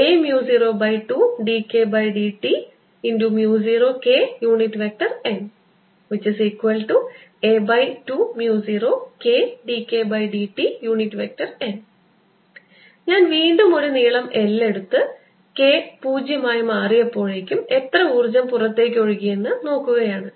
S10EB10a02dKdt0Kna20KdKdtn ഞാൻ വീണ്ടും ഒരു നീളം L എടുത്ത് K 0 ആയി മാറിയപ്പോഴേക്കും എത്ര ഊർജ്ജം പുറത്തേക്ക് ഒഴുകിയെന്നു നോക്കുകയാണ്